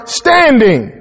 standing